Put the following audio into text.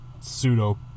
pseudo